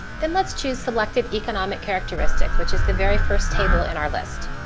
then let's choose selected economic characteristics which is the very first table in our list.